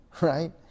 right